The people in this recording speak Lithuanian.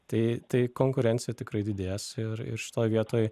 tai tai konkurencija tikrai didės ir ir šitoj vietoj